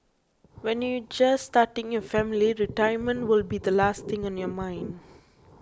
when you are just starting your family retirement will be the last thing on your mind